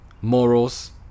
morals